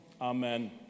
Amen